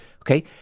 Okay